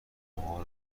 شما